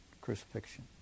crucifixion